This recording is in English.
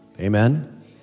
Amen